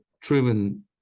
Truman